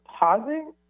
pausing